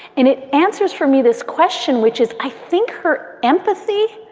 and it answers for me this question, which is. i think her empathy,